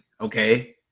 okay